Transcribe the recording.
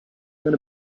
than